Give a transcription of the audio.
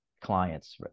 clients